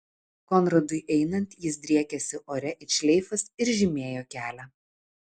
konradui einant jis driekėsi ore it šleifas ir žymėjo kelią